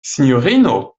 sinjorino